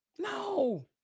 No